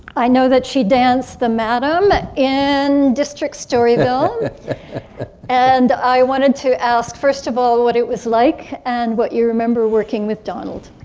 i know that she danced the madame in district storyville and i wanted to ask first of all what it was like and what you remember working with donald.